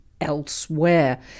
elsewhere